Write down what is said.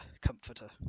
comforter